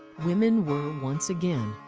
women were, once again,